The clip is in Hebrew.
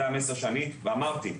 זה המסר שאני כבר אמרתי,